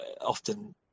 often